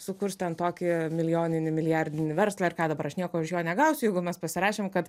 sukurs ten tokį milijoninį milijardinį verslą ir ką dabar aš nieko iš jo negausiu jeigu mes pasirašėm kad